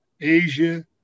Asia